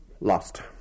lost